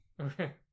Okay